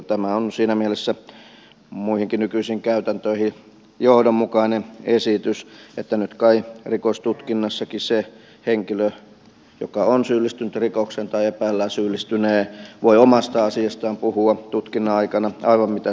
tämä on siinä mielessä muihinkin nykyisiin käytäntöihin nähden johdonmukainen esitys että nyt kai rikostutkinnassakin se henkilö joka on syyllistynyt rikokseen tai jonka epäillään syyllistyneen voi omasta asiastaan puhua tutkinnan aikana aivan mitä sattuu